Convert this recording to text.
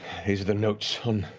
these are the notes on